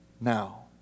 now